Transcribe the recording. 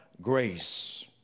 grace